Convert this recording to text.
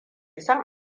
san